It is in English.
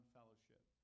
Fellowship